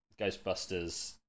Ghostbusters